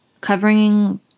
covering